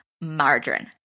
margarine